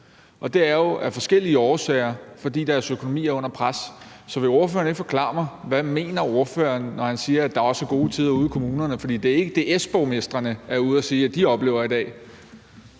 og det er jo af forskellige årsager, fordi deres økonomi er under pres. Så vil ordføreren ikke forklare mig: Hvad mener ordføreren, når han siger, at der også er gode tider ude i kommunerne? For det er ikke det, S-borgmestrene er ude at sige de oplever i dag.